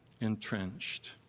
entrenched